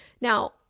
now